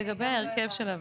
לא, איזה סעיף מוצע?